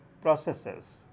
processes